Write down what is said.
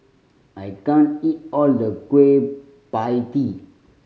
I can't eat all the Kueh Pie Tee